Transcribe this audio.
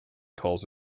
calls